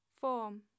Form